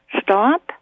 stop